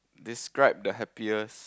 describe the happiest